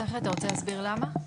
צחי, אתה רוצה להסביר למה?